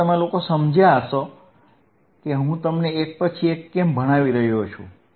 હવે તમે લોકો સમજ્યા હશો કે હું તમને એક પછી એક કેમ ભણાવી રહ્યો છું